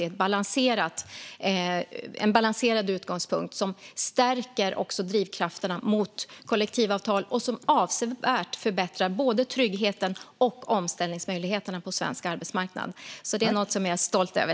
Det är en balanserad utgångspunkt som också stärker drivkrafterna för kollektivavtal och som avsevärt förbättrar både tryggheten och omställningsmöjligheterna på svensk arbetsmarknad. Det är något som jag är stolt över.